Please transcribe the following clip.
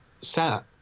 sat